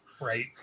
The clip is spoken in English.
Right